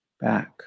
back